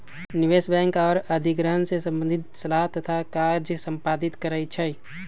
निवेश बैंक आऽ अधिग्रहण से संबंधित सलाह तथा काज संपादित करइ छै